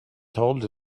told